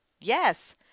yes